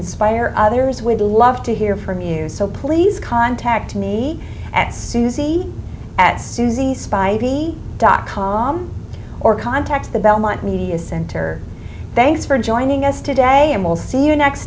inspire others would love to hear from you so please contact me at suzy at suzy spidey dot com or contacts the belmont media center thanks for joining us today and we'll see you next